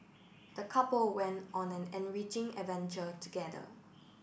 the couple went on an enriching adventure together